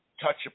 touch